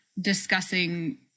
discussing